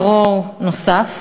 נוסף,